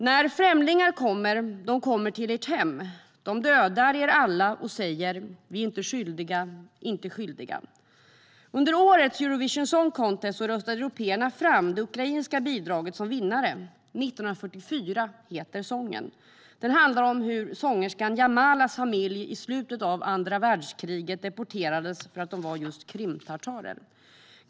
När främlingar kommerDe kommer till ert hemDe dödar er alla och sägerVi är inte skyldigaInte skyldiga Under årets Eurovision Song Contest röstade européerna fram det ukrainska bidraget som vinnare. Sången heter 1944 och handlar om hur sångerskan Jamalas familj i slutet av andra världskriget deporterades för att de var krimtatarer.